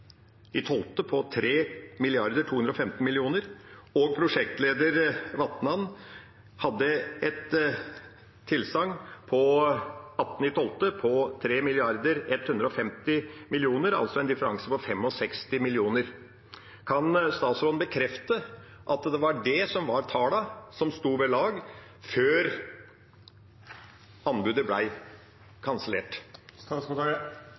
Vatnan hadde et tilsagn den 18. desember på 3,150 mrd. kr, altså en differanse på 65 mill. kr. Kan statsråden bekrefte at det var tallene som sto ved lag før anbudet